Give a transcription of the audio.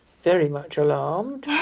very much alarmed.